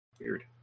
Weird